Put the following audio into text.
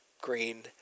green